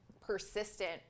persistent